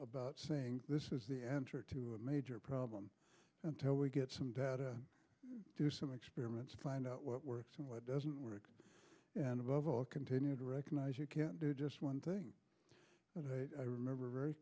about saying this is the answer to a major problem until we get some data do some experiments find out what works what doesn't work and above all continue to recognize you can't do just one thing i remember very